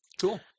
Cool